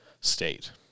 state